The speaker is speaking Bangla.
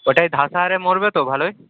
ওটায় ধাসা হারে মরবে তো ভালোয়